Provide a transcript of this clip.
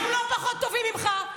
אנחנו לא פחות טובים ממך,